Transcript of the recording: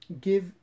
give